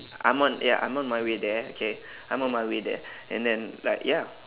I'm on ya I'm on my way there okay I'm on my way there and then like ya